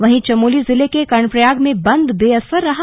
वहीं चमोली जिले के कर्णप्रयाग में बंद बेअसर रहा